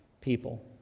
people